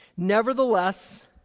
Nevertheless